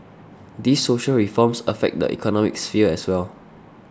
these social reforms affect the economic sphere as well